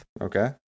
Okay